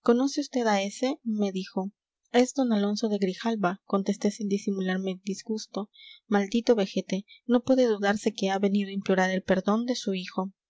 conoce vd a ese me dijo es d alonso de grijalva contesté sin disimular mi disgusto maldito vejete no puede dudarse que ha venido a implorar el perdón de su hijo